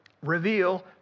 reveal